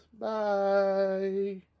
Bye